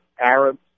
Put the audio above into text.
Arabs